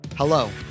Hello